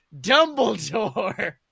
Dumbledore